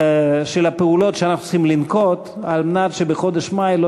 של הפעולות שאנחנו צריכים לנקוט על מנת שבחודש מאי לא